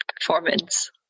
performance